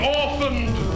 orphaned